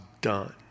done